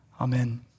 Amen